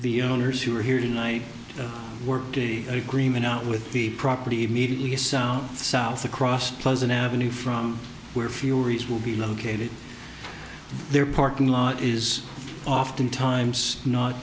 the owners who are here tonight work the agreement out with the property immediately south south across pleasant avenue from where furious will be located their parking lot is oftentimes not